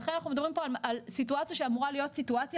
לכן אנחנו מדברים פה על סיטואציה שאמורה להיות סיטואציה